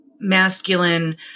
masculine